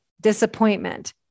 disappointment